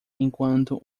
enquanto